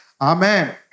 Amen